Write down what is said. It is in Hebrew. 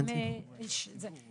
כאשר